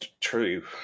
true